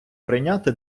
прийняти